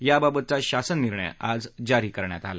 याबाबतचा शासन निर्णय आज जारी करण्यात आला